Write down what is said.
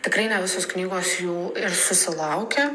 tikrai ne visos knygos jų ir susilaukia